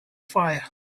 fire